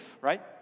right